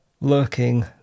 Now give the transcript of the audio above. lurking